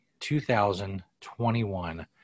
2021